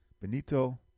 Benito